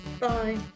bye